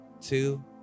two